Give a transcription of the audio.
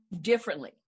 differently